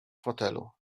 fotelu